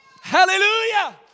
Hallelujah